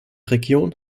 region